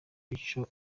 ico